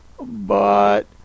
But